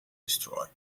destroy